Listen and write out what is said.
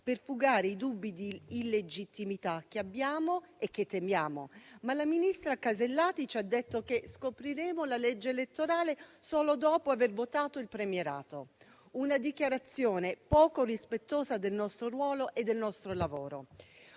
per fugare i dubbi di illegittimità che abbiamo e che temiamo, ma la ministra Casellati ci ha detto che scopriremo la legge elettorale solo dopo aver votato il premierato, una dichiarazione poco rispettosa del nostro ruolo e del nostro lavoro.